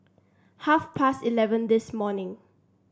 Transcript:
half past eleven this morning